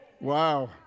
Wow